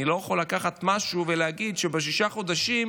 אני לא יכול לקחת משהו ולהגיד שבשישה חודשים